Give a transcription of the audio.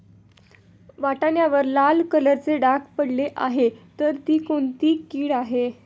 वाटाण्यावर लाल कलरचे डाग पडले आहे तर ती कोणती कीड आहे?